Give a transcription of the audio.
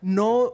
no